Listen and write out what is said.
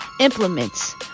implements